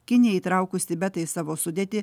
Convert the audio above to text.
kinija įtraukus tibetą į savo sudėtį